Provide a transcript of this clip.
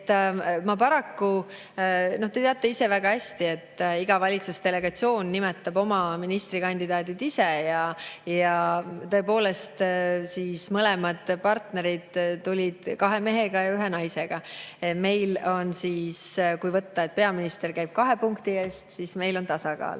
nähtav. Te teate ise väga hästi, et iga valitsusdelegatsioon nimetab oma ministrikandidaadid ise, ja tõepoolest mõlemad partnerid tulid kahe mehega ja ühe naisega. Kui võtta nii, et peaminister käib kahe punkti eest, siis on meil tasakaal.